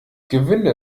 gewinde